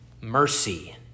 mercy